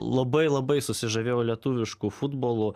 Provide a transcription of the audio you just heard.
labai labai susižavėjau lietuvišku futbolu